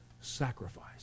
sacrifice